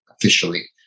officially